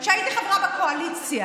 כשהייתי חברה בקואליציה,